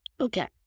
Okay